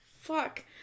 Fuck